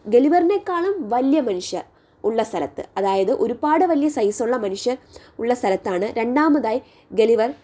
ഗളിവറിനെക്കാളും വലിയ മനുഷ്യർ ഉള്ള സ്ഥലത് അതായത് ഒരുപാട് വലിയ സൈസ് ഉള്ള മനുഷ്യർ ഉള്ള സ്ഥലത്താണ് രണ്ടമതായി ഗളിവർ